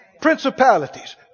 Principalities